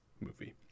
movie